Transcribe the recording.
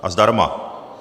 A zdarma.